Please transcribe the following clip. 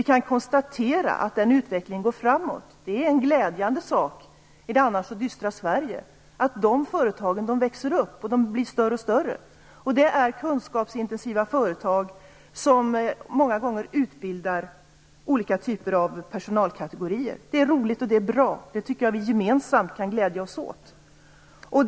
Vi kan konstatera att den utvecklingen går framåt. Det är en glädjande sak i det annars så dystra Sverige att dessa företag växer upp och blir större och större. Det handlar om kunskapsintensiva företag som många gånger utbildar olika typer av personalkategorier. Detta är roligt och bra, och jag tycker att vi gemensamt kan glädja oss åt det.